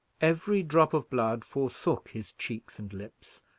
every drop of blood forsook his cheeks and lips,